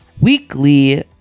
weekly